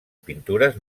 pintures